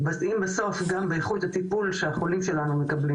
בעולם אבל נפוצה בצורה גנטית בעיקר בישראל.